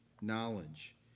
knowledge